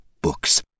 books